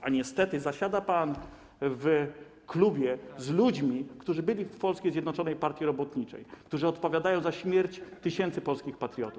A niestety zasiada pan w klubie z ludźmi, którzy byli w Polskiej Zjednoczonej Partii Robotniczej, którzy odpowiadają za śmierć tysięcy polskich patriotów.